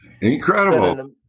incredible